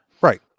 Right